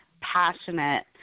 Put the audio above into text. passionate